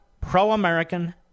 pro-American